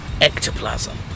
ectoplasm